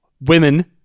women